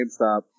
GameStop